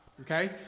Okay